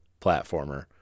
platformer